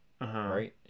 right